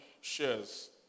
shares